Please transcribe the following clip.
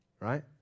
right